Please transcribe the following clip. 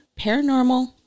paranormal